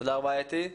תודה רבה, אתי.